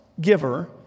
giver